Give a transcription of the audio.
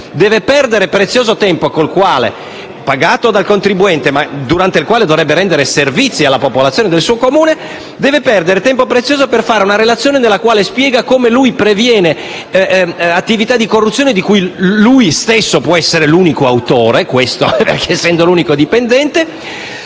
deve perdere tempo prezioso - durante il quale dovrebbe rendere servizi alla popolazione del suo Comune - per fare una relazione in cui spiega come previene attività di corruzione di cui egli stesso può essere l'unico autore, essendo l'unico dipendente.